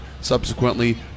subsequently